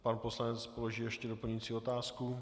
Pan poslanec položí ještě doplňující otázku.